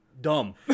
dumb